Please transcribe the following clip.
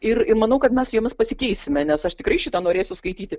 ir ir manau kad mes jiems pasikeisime nes aš tikrai šitą norėsiu skaityti